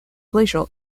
glacial